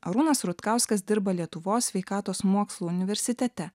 arūnas rutkauskas dirba lietuvos sveikatos mokslų universitete